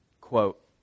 Quote